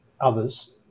others